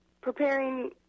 preparing